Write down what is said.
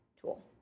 tool